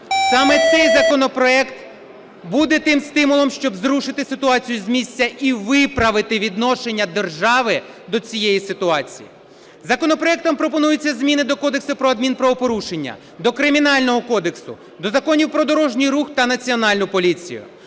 Саме цей законопроект буде тим стимулом, щоб зрушити ситуацію з місця і виправити відношення держави до цієї ситуації. Законопроектом пропонуються зміни до Кодексу про адмінправопорушення, до Кримінального кодексу, до Законів "Про дорожній рух" та Національну поліцію,